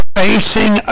facing